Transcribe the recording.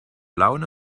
laune